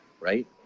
right